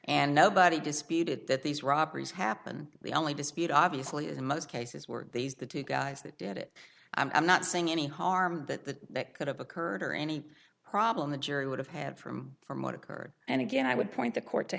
and nobody disputed that these robberies happened the only dispute obviously is in most cases were these the two guys that did it i'm not saying any harm that could have occurred or any problem the jury would have had from from what occurred and again i would point the court to